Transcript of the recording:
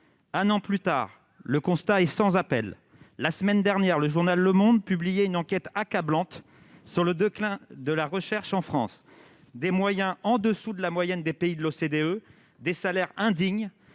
Un an plus tard, le constat est sans appel. La semaine dernière, le journal publiait une enquête accablante sur le déclin de la recherche en France, qui mettait en relief des moyens en dessous de la moyenne des pays de l'OCDE, des salaires indignes,